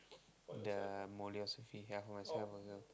the mole-osophy ya for myself also